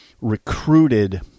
recruited